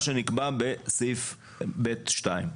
מה שנקבע בסעיף (ב)(2).